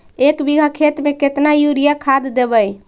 एक बिघा खेत में केतना युरिया खाद देवै?